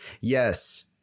Yes